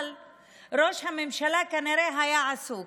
אבל ראש הממשלה כנראה היה עסוק,